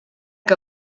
que